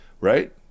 right